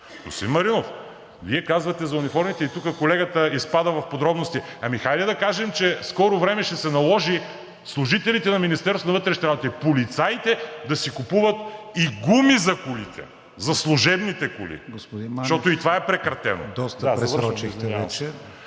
Господин Маринов, Вие казвате за униформите и тук колегата изпада в подробности. Ами хайде да кажем, че в скоро време ще се наложи служителите на Министерството на вътрешните работи, полицаите да си купуват и гуми за колите – за служебните коли. ПРЕДСЕДАТЕЛ КРИСТИАН ВИГЕНИН: Господин